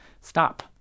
Stop